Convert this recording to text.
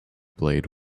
blade